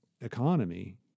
economy